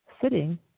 sitting